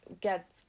get